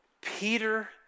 Peter